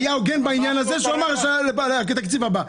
הוא היה הוגן בעניין הזה שהוא אמר בתקציב הבא.